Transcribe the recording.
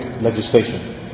legislation